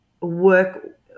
work